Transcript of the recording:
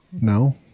No